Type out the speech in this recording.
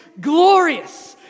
glorious